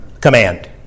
command